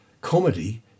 comedy